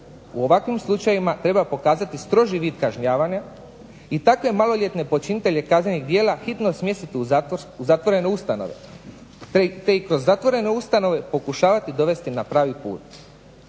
U ovakvim slučajevima treba pokazati stroži vid kažnjavanja i takve maloljetne počinitelje kaznenih djela hitno smjestiti u zatvorene ustanove, te ih kroz zatvorene ustanove pokušavati dovesti na pravi put.